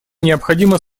необходимо